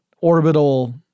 orbital